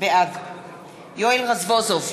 בעד יואל רזבוזוב,